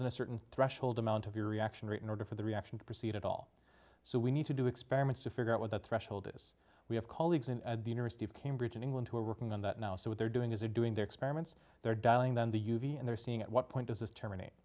than a certain threshold amount of your reaction rate in order for the reaction to proceed at all so we need to do experiments to figure out what that threshold is we have colleagues in at the university of cambridge in england who are working on that now so what they're doing is they're doing their experiments they're dialing then the u v and they're seeing at what point does this terminate